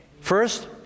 First